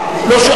אדטו.